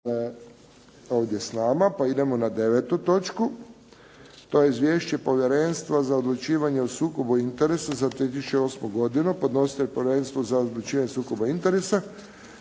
ovdje s nama, pa idemo na devetu točku. To je - Izvješće Povjerenstva za odlučivanje o sukobu interesa za 2008. godinu Podnositelj: Povjerenstvo za odlučivanje o sukobu interesa